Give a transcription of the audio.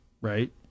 right